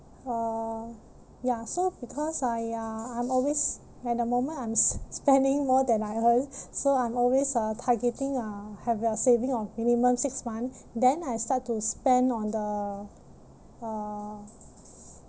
uh ya so because I uh I'm always at the moment I'm s~ spending more than I earn so I'm always uh targeting uh have a saving of minimum six month then I start to spend on the uh